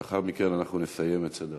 לאחר מכן אנחנו נסיים את סדר-היום.